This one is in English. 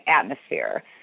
atmosphere